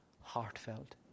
heartfelt